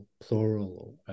plural